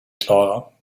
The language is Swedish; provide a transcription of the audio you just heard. klara